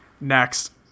Next